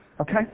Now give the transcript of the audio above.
okay